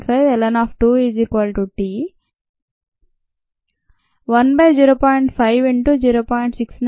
5ln 2x0x0t 10